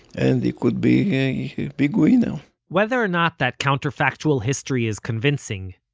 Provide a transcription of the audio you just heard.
and he could be a big winner you know whether or not that counterfactual history is convincing,